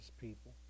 people